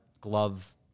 glove